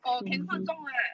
or can 化妆 [what]